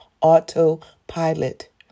autopilot